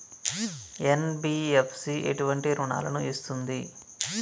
NBFC ఎటువంటి రుణాలను ఇస్తుంది?